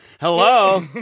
Hello